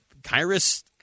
Kyrus